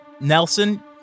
Nelson